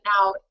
now